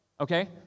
okay